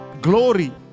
glory